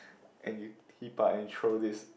and you and throw this